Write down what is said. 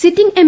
sitting M